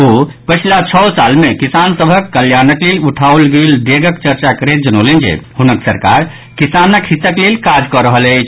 ओ पछिला छओ साल मे किसान सभक कल्याणक लेल उठाओल गेल डेगक चर्चा करैत जनौलनि जे हुनक सरकार किसानक हितक लेल काज कऽ रहल अछि